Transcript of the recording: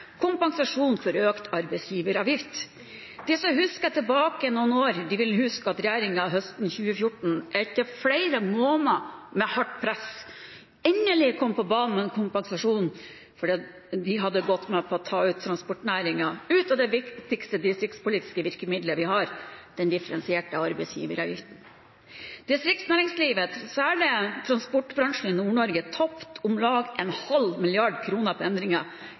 Kompensasjon for økt arbeidsgiveravgift. De som husker fra noen år tilbake, vil huske at regjeringen høsten 2014 etter flere måneder med hardt press endelig kom på banen med kompensasjon fordi de hadde gått med på å ta transportnæringen ut av det viktigste distriktspolitiske virkemidlet vi har, den differensierte arbeidsgiveravgiften. Distriktsnæringslivet, særlig transportbransjen i Nord-Norge, tapte om lag en halv milliard kroner på